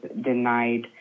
denied